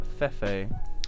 Fefe